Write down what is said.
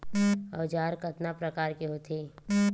औजार कतना प्रकार के होथे?